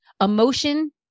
emotion